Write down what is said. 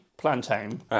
plantain